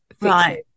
right